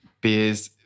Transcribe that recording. beers